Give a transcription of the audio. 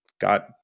got